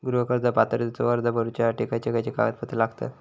गृह कर्ज पात्रतेचो अर्ज भरुच्यासाठी खयचे खयचे कागदपत्र लागतत?